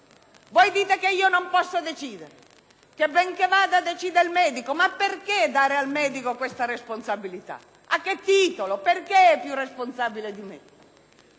Voi dite che io non posso decidere, che ben che vada decide il medico: ma perché dare al medico questa responsabilità? A che titolo? Perché è più responsabile di me?